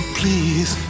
please